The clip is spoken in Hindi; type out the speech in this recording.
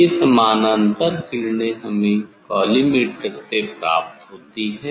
ये समानांतर किरणें हमें कॉलीमेटर से प्राप्त होती है